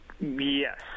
Yes